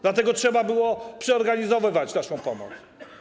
Dlatego trzeba było przeorganizowywać naszą pomoc.